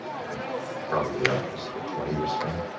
i think probably that was the twenty year span.